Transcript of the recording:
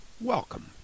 Welcome